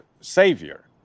Savior